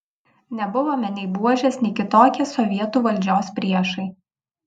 nebuvome nei buožės nei kitokie sovietų valdžios priešai